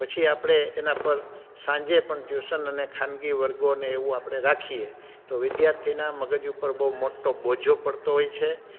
પછી આપણે એના પર સાંજે પણ ટ્યુશન અને ખાનગી વર્ગોને એવું આપણે રાખીએ તો વિધ્યાર્થીના મગજ ઉપર બહુ મોટો બોજો પડતો હોય છે